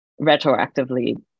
retroactively